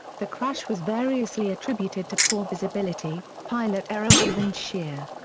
the crash was variously attributed to poor visibility, pilot error or wind shear.